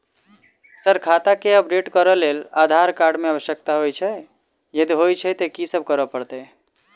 Sir खाता केँ update करऽ लेल आधार कार्ड केँ आवश्यकता होइ छैय यदि होइ छैथ की सब करैपरतैय?